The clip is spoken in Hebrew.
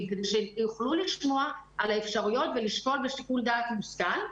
כדי שיוכלו לשמוע על האפשרויות ולשקול בשיקול דעת מושכל.